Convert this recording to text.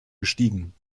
gestiegen